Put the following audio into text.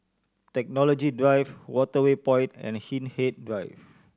Technology Drive Waterway Point and Hindhede Drive